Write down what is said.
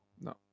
No